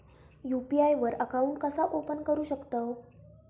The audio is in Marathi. यू.पी.आय वर अकाउंट कसा ओपन करू शकतव?